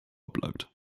bleibt